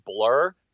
Blur